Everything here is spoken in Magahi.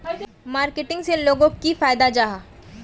मार्केटिंग से लोगोक की फायदा जाहा?